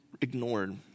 ignored